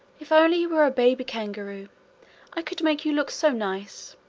if only you were a baby kangaroo i could make you look so nice!